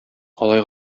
алай